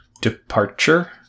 departure